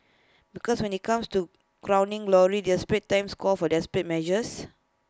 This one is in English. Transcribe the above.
because when IT comes to crowning glory desperate times call for desperate measures